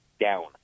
down